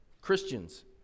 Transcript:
Christians